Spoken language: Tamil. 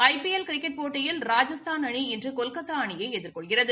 ஐ பி எல் கிரிக்கெட் போட்டியில் ராஜஸ்தான் அணி இன்று கொல்கத்தா அணியை எதிர்கொள்கிறது